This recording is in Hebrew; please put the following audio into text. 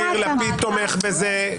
ולא כי יאיר לפיד תומך בזה.